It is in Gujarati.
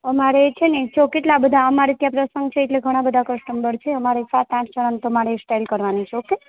અમારે છે ને જો કેટલા બધા અમારે ત્યાં પ્રસંગ છે એટલે ઘણા બધા કસ્ટમ્બર છે અમારે સાત આઠ જણાને તમારે હેરસ્ટાઇલ કરવાની છે ઓકે